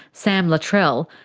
sam luttrell,